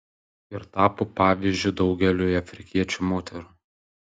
ir tapo pavyzdžiu daugeliui afrikiečių moterų